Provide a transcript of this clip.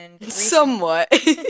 Somewhat